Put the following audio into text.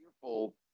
fearful